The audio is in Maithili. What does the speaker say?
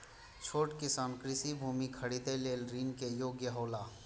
छोट किसान कृषि भूमि खरीदे लेल ऋण के योग्य हौला?